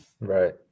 Right